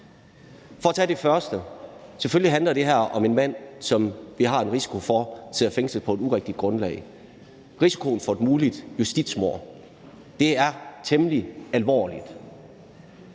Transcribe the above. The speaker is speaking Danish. sige, at det her selvfølgelig handler om en mand, som der er en risiko for sidder fængslet på et urigtigt grundlag. At der er risiko for et muligt justitsmord, er temmelig alvorligt.